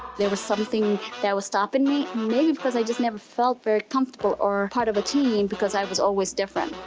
there was something that was stopping me, maybe because i just never felt very comfortable or part of a team, because i was always different.